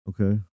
Okay